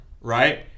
right